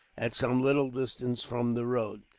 at some little distance from the road.